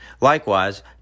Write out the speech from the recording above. Likewise